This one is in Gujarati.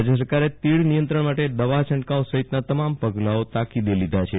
રાજ્ય સરકારે તીડ નિયંત્રણ માટે દવા છંટકાવ સહિત ના તમામ પગલાઓ તાકીદે લીધા છે